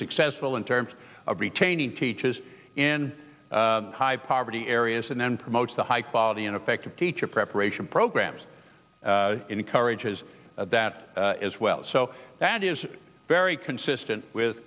successful in terms of retaining teaches in high poverty areas and then promotes the high quality ineffective teacher preparation programs encourages that as well so that is very consistent with